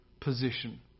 position